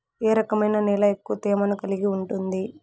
ఏ రకమైన నేల ఎక్కువ తేమను కలిగి ఉంటుంది?